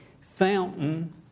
fountain